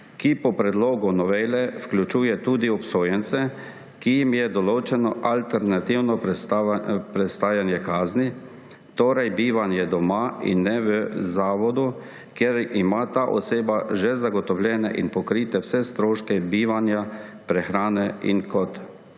ki po predlogu novele vključuje tudi obsojence, ki jim je določeno alternativno prestajanje kazni, torej bivanje doma in ne v zavodu, ker ima ta oseba že zagotovljene in pokrite vse stroške bivanja, prehrane. In kot